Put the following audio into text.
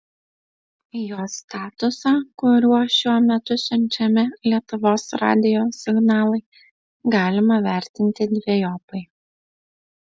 jo statusą kuriuo šiuo metu siunčiami lietuvos radijo signalai galima vertinti dvejopai